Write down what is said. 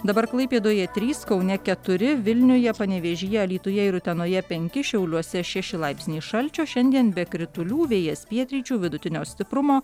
dabar klaipėdoje trys kaune keturi vilniuje panevėžyje alytuje ir utenoje penki šiauliuose šeši laipsniai šalčio šiandien be kritulių vėjas pietryčių vidutinio stiprumo